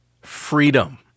freedom